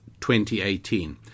2018